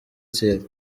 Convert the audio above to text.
thierry